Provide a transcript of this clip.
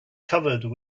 covered